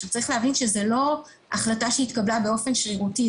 צריך להבין שזאת לא החלטה שהתקבלה באופן שרירותי.